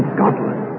Scotland